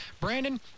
Brandon